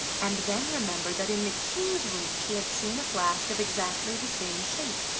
and then remembered that in the king's room she had seen a flask of exactly the same shape,